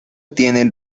tiene